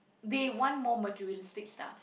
they want more materialistic stuff